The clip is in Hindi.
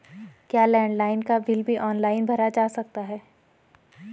क्या लैंडलाइन का बिल भी ऑनलाइन भरा जा सकता है?